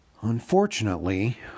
Unfortunately